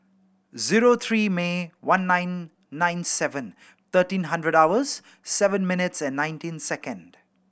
zero three May one nine nine seven thirteen hundred hours seven minutes and nineteen second